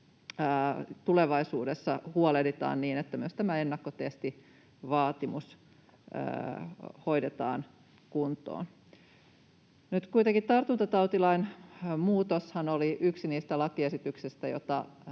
tulevaisuudessa huolehditaan niin, että myös tämä ennakkotestivaatimus hoidetaan kuntoon. Tartuntatautilain muutoshan oli yksi niistä lakiesityksistä, joita